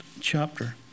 chapter